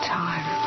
time